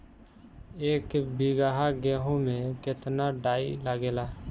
एक बीगहा गेहूं में केतना डाई लागेला?